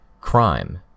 Crime